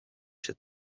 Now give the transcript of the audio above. się